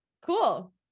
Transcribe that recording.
Cool